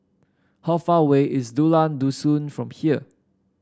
how far away is Dusun from here